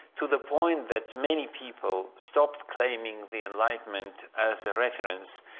to the point that many people stopped claiming the enlightenment as the reference,